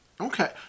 Okay